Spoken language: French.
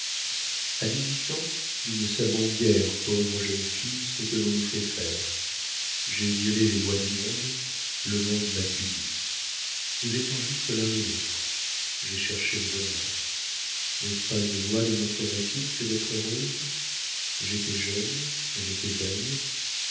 a dix-huit ans nous ne savons guère pauvres jeunes filles ce que l'on nous fait faire j'ai violé les lois du monde le monde m'a punie nous étions justes l'un et l'autre j'ai cherché le bonheur n'est-ce pas une loi de notre nature que d'être heureuses j'étais jeune j'étais belle